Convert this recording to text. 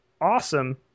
awesome